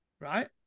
Right